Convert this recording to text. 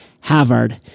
Havard